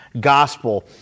gospel